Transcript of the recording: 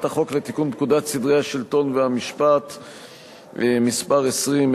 החוק לתיקון פקודת סדרי השלטון והמשפט (מס' 20),